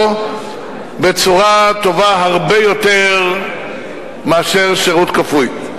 בצורה טובה הרבה יותר מאשר שירות כפוי.